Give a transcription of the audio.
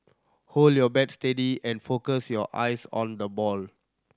hold your bat steady and focus your eyes on the ball